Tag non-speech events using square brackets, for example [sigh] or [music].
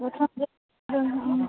ꯑꯣ [unintelligible] ꯎꯝ